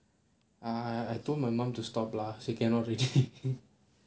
ah I told my mum to stop lah say cannot already